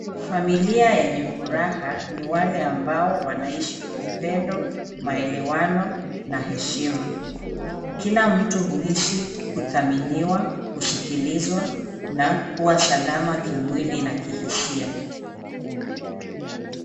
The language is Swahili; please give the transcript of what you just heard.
Familia yenye furaha ni wale ambao wanaishi kwa upendo, maelewano na heshima ,kila mtu uhisi kuthaminiwa ,kusikilizwa na kuwa sama kimwili na kihisia.